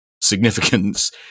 significance